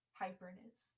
hyperness